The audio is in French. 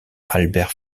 albert